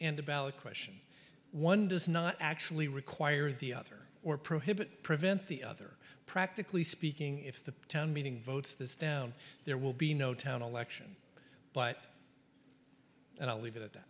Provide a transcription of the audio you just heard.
in the ballot question one does not actually require the other or prohibit prevent the other practically speaking if the town meeting votes this down there will be no town election but i'll leave it at that